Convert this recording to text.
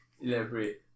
Elaborate